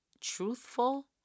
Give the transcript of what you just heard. truthful